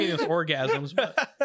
orgasms